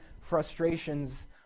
frustrations